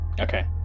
Okay